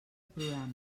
programa